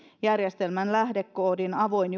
järjestelmän lähdekoodin avoin